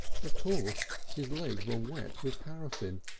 of course his legs were wet with paraffine!